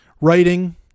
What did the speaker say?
writing